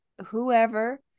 whoever